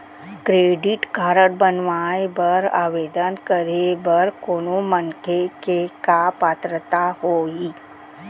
Credit card बनवाए बर आवेदन करे बर कोनो मनखे के का पात्रता होही?